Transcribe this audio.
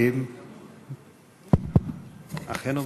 אני מודה